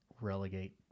relegate